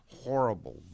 horrible